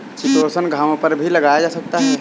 chitosan घावों पर भी लगाया जा सकता है